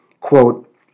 quote